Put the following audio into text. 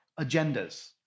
agendas